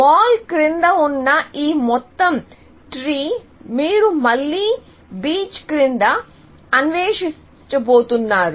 mall క్రింద ఉన్న ఈ మొత్తం ట్రీ మీరు మళ్ళీ బీచ్ క్రింద అన్వేషించబోతున్నారు